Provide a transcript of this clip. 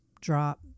drop